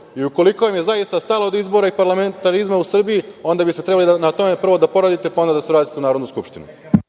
drugom. Ukoliko vam je zaista stalo do izbora i parlamentarizma u Srbiji, onda biste trebali na tome prvo da poradite, pa onda da se vratite u Narodnu skupštinu.